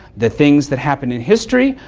the things that happened in history,